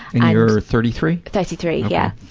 and you're thirty three? thirty-three, yeah.